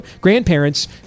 grandparents